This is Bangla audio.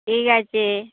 ঠিক আছে